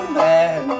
bad